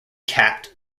capped